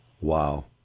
Wow